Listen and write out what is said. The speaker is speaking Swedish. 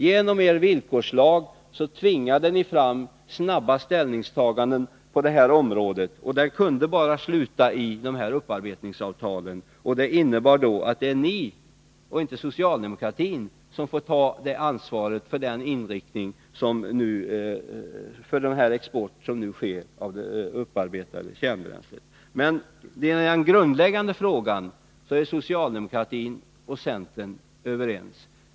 Genom er villkorslag tvingade ni fram snabba ställningstaganden på detta område, och det kunde bara sluta i upparbetningsavtal. Det innebär att det är ni och inte socialdemokratin som får ta ansvaret för den export som nu sker av kärnbränsle för upparbetning. Meni den grundläggande frågan är socialdemokratin och centern överens.